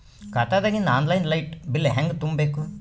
ಖಾತಾದಾಗಿಂದ online light bill ಹೇಂಗ ತುಂಬಾ ಬೇಕು?